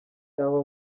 cyangwa